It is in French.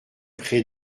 pré